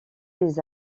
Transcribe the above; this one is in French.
des